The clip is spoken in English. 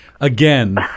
again